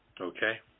okay